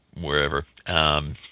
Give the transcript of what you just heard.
wherever